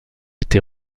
été